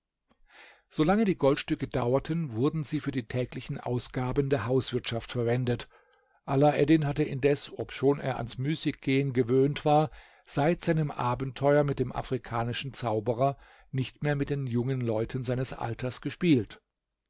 lange die goldstücke dauerten wurden sie für die täglichen ausgaben der hauswirtschaft verwendet alaeddin hatte indes obschon er ans müßiggehen gewöhnt war seit seinem abenteuer mit dem afrikanischen zauberer nicht mehr mit den jungen leuten seines alters gespielt